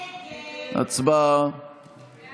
הסתייגות 47